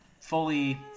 fully